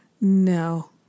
No